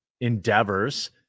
endeavors